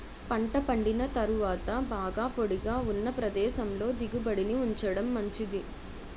పంట పండిన తరువాత బాగా పొడిగా ఉన్న ప్రదేశంలో దిగుబడిని ఉంచడం మంచిది